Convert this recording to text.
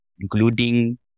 including